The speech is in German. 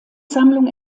sammlung